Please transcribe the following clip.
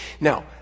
Now